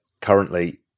currently